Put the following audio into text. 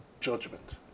judgment